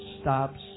stops